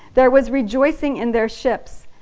there was rejoicing in their ships.